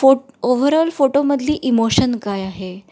फो ओवरऑल फोटोमधली इमोशन काय आहे